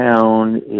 town